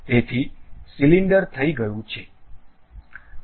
તેથી સિલિન્ડર થઈ ગયું છે